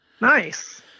Nice